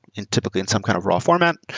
and typically in some kind of raw format.